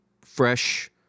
fresh